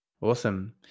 awesome